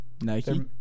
Nike